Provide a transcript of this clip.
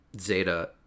Zeta